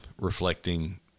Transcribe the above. reflecting